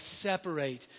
separate